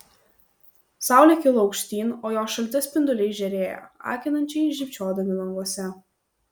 saulė kilo aukštyn o jos šalti spinduliai žėrėjo akinančiai žybčiodami languose